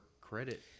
credit